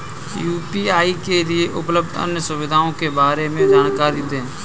UPI के लिए उपलब्ध अन्य सुविधाओं के बारे में जानकारी दें?